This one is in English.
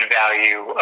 value